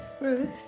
Ruth